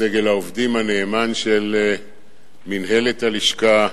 סגל העובדים הנאמן של מינהלת הלשכה,